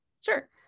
Sure